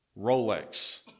Rolex